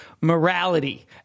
morality